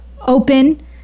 Open